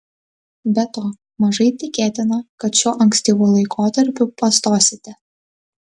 be to mažai tikėtina kad šiuo ankstyvu laikotarpiu pastosite